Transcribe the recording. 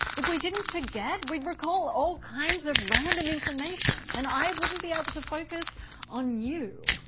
if we didn't forget, we'd recall all kinds of random information and i wouldn't be able to focus on you.